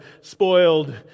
spoiled